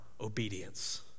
obedience